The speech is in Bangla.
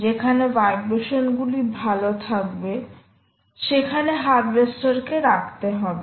যেখানে ভাইব্রেশন গুলি ভালো থাকবে সেখানে হারভেস্টার কে রাখতে হবে